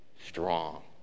strong